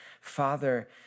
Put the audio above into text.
Father